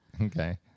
Okay